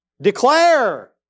Declare